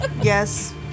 Yes